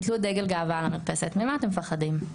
ממה אתם מפחדים?